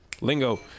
lingo